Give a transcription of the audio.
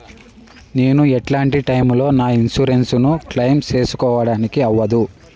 నేను ఎట్లాంటి టైములో నా ఇన్సూరెన్సు ను క్లెయిమ్ సేసుకోవడానికి అవ్వదు?